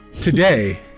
Today